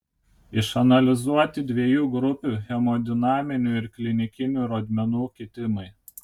išanalizuoti dviejų grupių hemodinaminių ir klinikinių rodmenų kitimai